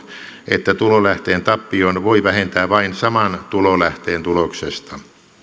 että tulolähteen tappion voi vähentää vain saman tulolähteen tuloksesta